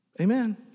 Amen